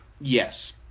Yes